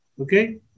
Okay